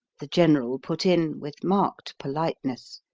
the general put in, with marked politeness,